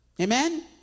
Amen